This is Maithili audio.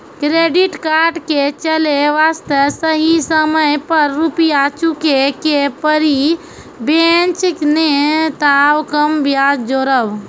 क्रेडिट कार्ड के चले वास्ते सही समय पर रुपिया चुके के पड़ी बेंच ने ताब कम ब्याज जोरब?